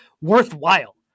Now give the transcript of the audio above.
worthwhile